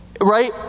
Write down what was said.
Right